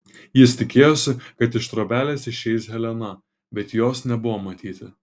jis tikėjosi kad iš trobelės išeis helena bet jos nebuvo matyti